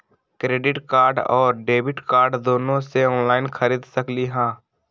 Credit card और debit card दोनों से ऑनलाइन खरीद सकली ह?